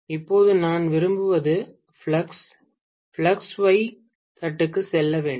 இப்போது நான் விரும்புவது ஃப்ளக்ஸ் ஃப்ளக்ஸ் ஒய் தட்டுக்கு செல்ல வேண்டும்